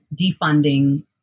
defunding